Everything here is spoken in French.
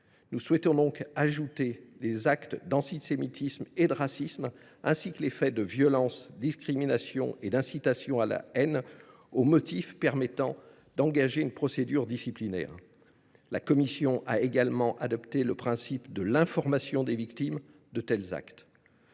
Nous souhaitons donc ajouter les actes d’antisémitisme et de racisme, ainsi que les faits de violence, de discrimination et d’incitation à la haine aux motifs permettant d’engager une procédure disciplinaire. La commission a également adopté le principe de l’information des victimes de tels actes.